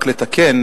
רק לתקן,